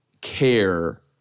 care